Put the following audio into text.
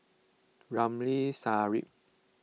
Ramli Sarip